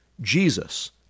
Jesus